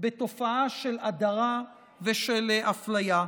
בתופעה של הדרה ושל אפליה.